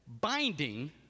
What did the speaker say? binding